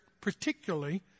particularly